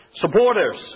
supporters